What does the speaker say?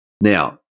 Now